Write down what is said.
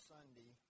Sunday